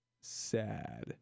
sad